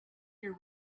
year